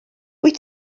wyt